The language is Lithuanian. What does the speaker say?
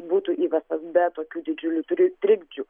būtų įvestas be tokių didžiulių triu trikdžių